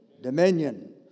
Dominion